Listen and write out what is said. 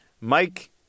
Mike